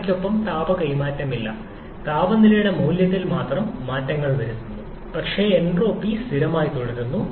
അവയ്ക്കൊപ്പം താപ കൈമാറ്റം ഇല്ല താപനിലയുടെ മൂല്യത്തിൽ മാത്രം മാറ്റങ്ങൾ വരുത്തുന്നു പക്ഷേ എൻട്രോപ്പി സ്ഥിരമായി തുടരുന്നു